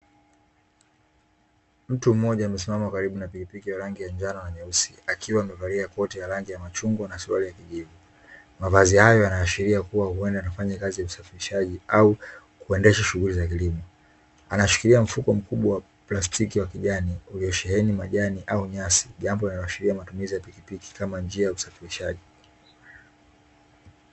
Mtu mmoja amesimama karibu na pilipili ya rangi ya kijani na akiwa amevalia kote ya rangi ya machungwa na suruali, kwa mavazi hayo yanaashiria kuwa huenda anafanya kazi kusafirishaji au kuendesha shughuli za kilimo, anashikilia mfuko mkubwa plastiki wa kijani iliyosheheni majani au nyasi jambo la sheria matumizi ya pikipiki kama njia ya usafirishaji.